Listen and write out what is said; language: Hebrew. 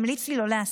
המליץ לי לא להסס.